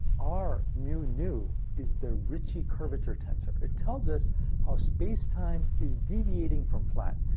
r mu, nu is the ricci curvature tensor. it tells us how space-time is deviating from flat.